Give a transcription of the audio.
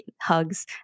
hugs